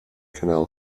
canal